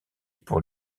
pour